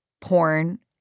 porn